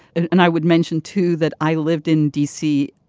and i would mention too that i lived in d c.